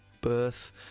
birth